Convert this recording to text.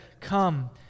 come